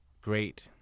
great